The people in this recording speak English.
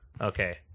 Okay